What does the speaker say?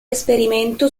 esperimento